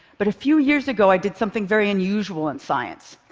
but a few years ago, i did something very unusual in science.